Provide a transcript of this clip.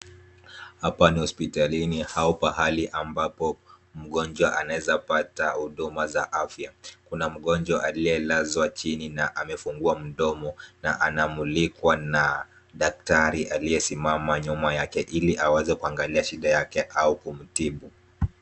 Hapa ni hospitalini au pahali ambapo mgonjwa anaweza pata huduma za afya. Kuna mgonjwa aliyelazwa chini na amefungua mdomo na anamulikwa na daktari aliyesimama nyuma yake ili aweze kuangalia shida yake au kumtibu.